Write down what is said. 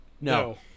No